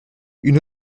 une